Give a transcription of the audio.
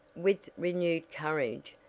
with renewed courage,